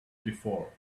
before